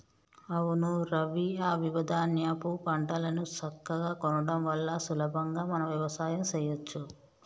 అవును రవి ఐవివ ధాన్యాపు పంటలను సక్కగా కొనడం వల్ల సులభంగా మనం వ్యవసాయం సెయ్యచ్చు